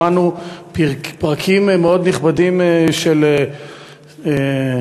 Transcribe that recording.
שמענו פרקים מאוד נכבדים של תורה,